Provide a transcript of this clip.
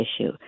issue